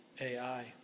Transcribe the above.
AI